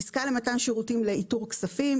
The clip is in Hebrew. עסקה למתן שירותים לאיתור כספים,